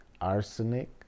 arsenic